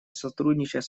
сотрудничать